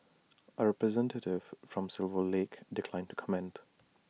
A representative from silver lake declined to comment